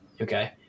okay